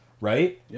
Right